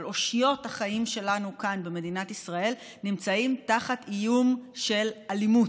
אבל אושיות החיים שלנו כאן במדינת ישראל נמצאות תחת איום של אלימות.